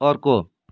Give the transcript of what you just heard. अर्को